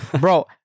bro